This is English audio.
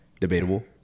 debatable